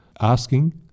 asking